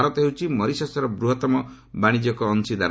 ଭାରତ ହେଉଛି ମରିସସର ବୃହତ୍ତମ ବାଣିଜ୍ୟିକ ଅଂଶୀଦାର